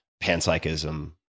panpsychism